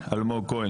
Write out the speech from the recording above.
אלמוג כהן